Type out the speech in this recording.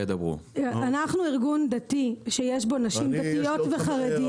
אנחנו ארגון דתי שיש בו נשים דתיות וחרדיות